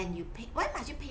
you paid why are you paying